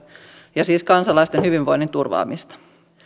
ja siis kansalaisten hyvinvoinnin turvaamista